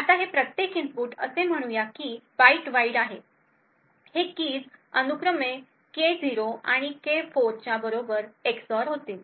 आता हे प्रत्येक इनपुट आहेत असे म्हणू या की बाईट वाइड हे कीज अनुक्रमे K 0 आणि K 4 च्या बरोबर एक्सऑर होतील